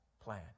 plan